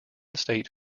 state